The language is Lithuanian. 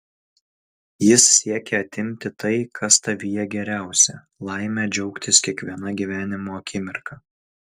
jis siekia atimti tai kas tavyje geriausia laimę džiaugtis kiekviena gyvenimo akimirka